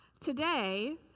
today